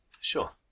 Sure